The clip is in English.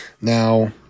Now